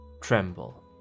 Tremble